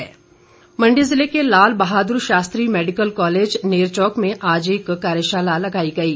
सरवीण चौघरी मण्डी जिले के Lal Bahadur Shastri medical college Nerchowk में आज एक कार्यशाला लगाई गयी